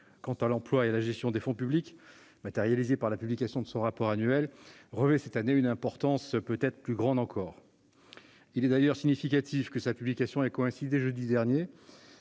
quant à l'emploi et à la gestion des fonds publics, matérialisée par la publication de son rapport annuel, revêt cette année une importance peut-être plus grande encore. Il est d'ailleurs significatif que sa publication ait coïncidé, jeudi dernier,